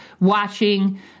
watching